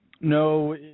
no